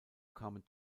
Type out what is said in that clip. kamen